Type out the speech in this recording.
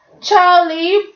Charlie